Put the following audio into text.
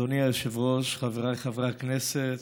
אדוני היושב-ראש, חבריי חברי הכנסת,